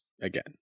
again